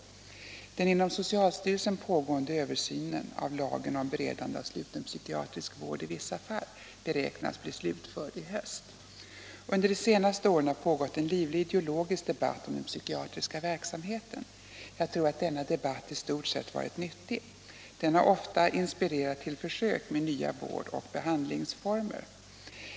Den inom socialstyrelsen pågående översynen av lagen om beredande av sluten psykiatrisk vård i vissa fall beräknas bli slutförd i höst. Under de senaste åren har pågått en livlig ideologisk debatt om den psykiatriska verksamheten. Jag tror att denna debatt i stort sett har varit nyttig. Den har ofta inspirerat till försök med nya vård och behandlingsmetoder.